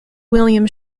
william